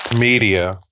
media